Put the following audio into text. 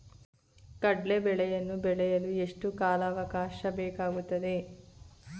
ಕಡ್ಲೆ ಬೇಳೆಯನ್ನು ಬೆಳೆಯಲು ಎಷ್ಟು ಕಾಲಾವಾಕಾಶ ಬೇಕಾಗುತ್ತದೆ?